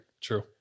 True